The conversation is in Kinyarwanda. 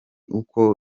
uko